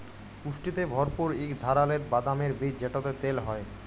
পুষ্টিতে ভরপুর ইক ধারালের বাদামের বীজ যেটতে তেল হ্যয়